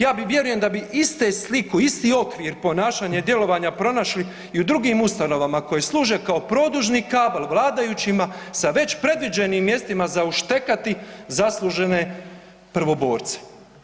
Ja vjerujem da bi istu sliku, isti okvir ponašanja i djelovanja pronašli i u drugim ustanovama koje služe kao produžni kabel vladajućima sa već predviđenim mjestima za uštekati zaslužene prvoborce.